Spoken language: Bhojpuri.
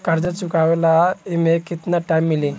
कर्जा चुकावे ला एमे केतना टाइम मिली?